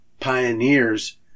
pioneers